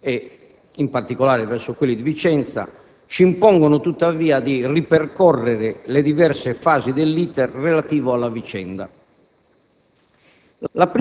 ed in particolare verso quelli di Vicenza, ci impongono, tuttavia, di ripercorrere le diverse fas*i* dell'*iter* relativo alla vicenda.